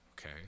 okay